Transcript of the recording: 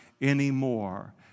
anymore